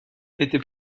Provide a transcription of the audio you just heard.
était